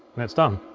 and that's done.